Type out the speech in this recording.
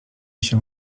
się